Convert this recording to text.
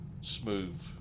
smooth